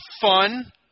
fun